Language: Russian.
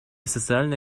социально